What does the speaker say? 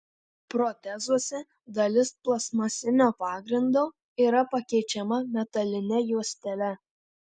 protezuose dalis plastmasinio pagrindo yra pakeičiama metaline juostele